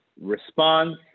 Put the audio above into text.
response